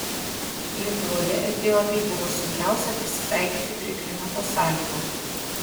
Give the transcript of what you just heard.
lietuvoje etiopei buvo sunkiausia prisitaikyti prie klimato sąlygų